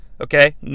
okay